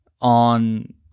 on